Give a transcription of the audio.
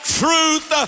truth